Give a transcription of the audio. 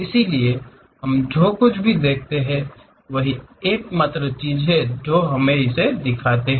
इसलिए हम जो कुछ भी देखते हैं वही एकमात्र चीज है जो हम इसे दिखाते हैं